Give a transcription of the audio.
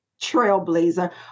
trailblazer